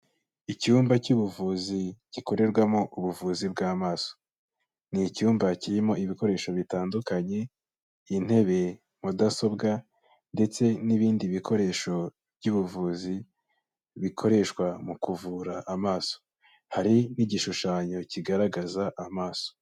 Icyumba cy'ubuvuzi gikorerwamo ubuvuzi bw'amaso, ni icyumba kirimo ibikoresho bitandukanye intebe, mudasobwa ndetse n'ibindi bikoresho by'ubuvuzi bikoreshwa mu kuvura amaso. Hari n'igishushanyo kigaragaza amaso.